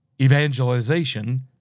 evangelization